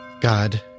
God